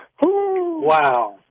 Wow